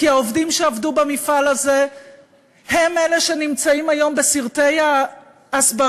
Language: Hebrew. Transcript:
כי העובדים שעבדו במפעל הזה הם אלה שנמצאים היום בסרטי ההסברה